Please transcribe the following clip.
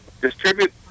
distribute